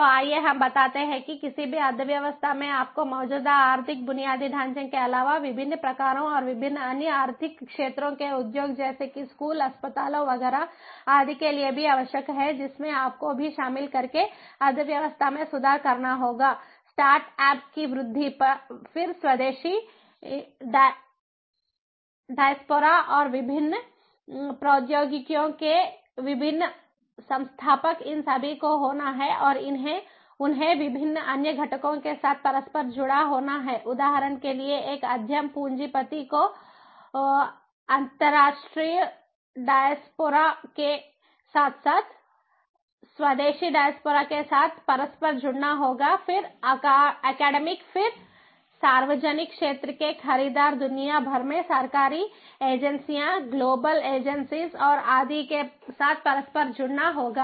तो आइए हम बताते हैं कि किसी भी अर्थव्यवस्था में आपको मौजूदा आर्थिक बुनियादी ढांचे के अलावा विभिन्न प्रकारों और विभिन्न अन्य आर्थिक क्षेत्रों के उद्योग जैसे कि स्कूल अस्पतालों वगैरह आदि के लिए भी आवश्यक है जिसमें आपको भी शामिल करके अर्थव्यवस्था में सुधार करना होगा स्टार्टअप्स की वृद्धि फिर स्वदेशी डायस्पोरा और विभिन्न प्रौद्योगिकियों के विभिन्न संस्थापक इन सभी को होना है और उन्हें विभिन्न अन्य घटकों के साथ परस्पर जुड़ा होना है उदाहरण के लिए एक उद्यम पूंजीपति को अंतर्राष्ट्रीय डायस्पोरा के साथ साथ स्वदेशी डायस्पोरा के साथ परस्पर जुड़ना होगा फिर अकादमिक फिर सार्वजनिक क्षेत्र के खरीदार दुनिया भर में सरकारी एजेंसियां ग्लोबल एमएनसी और आदि के साथ परस्पर जुड़ना होगा